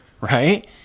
right